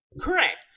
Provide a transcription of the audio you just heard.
Correct